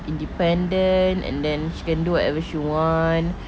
independent and then she can do whatever she want